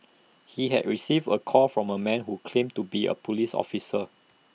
he had received A call from A man who claimed to be A Police officer